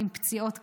עם פציעות קשות,